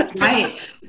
Right